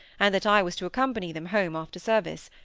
and that i was to accompany them home after service,